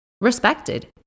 respected